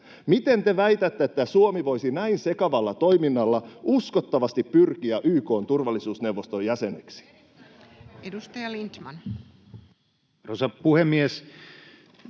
Miten te väitätte, että Suomi voisi näin sekavalla toiminnalla uskottavasti pyrkiä YK:n turvallisuusneuvoston jäseneksi? [Veronika Honkasalo: